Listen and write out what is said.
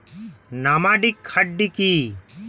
Nomadic hardy কি?